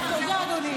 תודה, אדוני.